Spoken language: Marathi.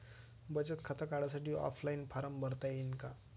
बचत खातं काढासाठी ऑफलाईन फारम भरता येईन का?